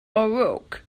baroque